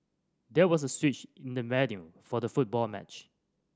there was a switch in the venue for the football match